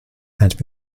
and